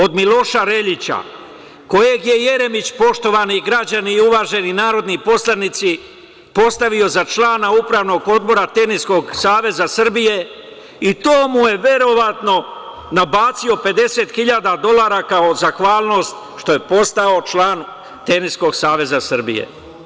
Od Miloša Reljića, kojeg je Jeremić, poštovani građani i uvaženi narodni poslanici, postavio za člana Upravnog odbora Teniskog saveza Srbije i to mu je verovatno nabacio 50.000 dolara kao zahvalnost što je postao član Teniskog saveza Srbije.